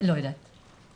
לא יודעת לומר.